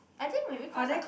I think maybe cause I